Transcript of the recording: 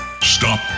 Stop